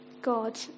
God